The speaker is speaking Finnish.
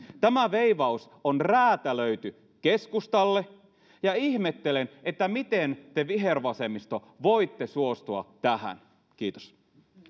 tämä veivaus on räätälöity keskustalle ja ihmettelen miten te vihervasemmisto voitte suostua tähän kiitos